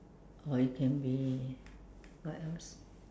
or it can be what else